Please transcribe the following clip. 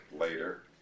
later